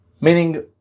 Meaning